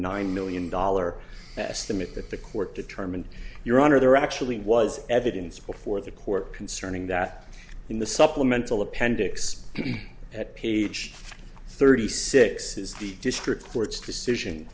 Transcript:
nine million dollar estimate that the court determined your honor there actually was evidence before the court concerning that in the supplemental appendix at page thirty six is the district court's decision